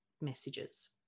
messages